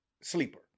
sleeper